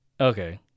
Okay